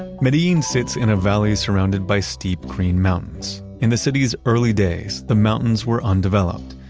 medellin sits in a valley surrounded by steep green mountains. in the city's early days, the mountains were undeveloped.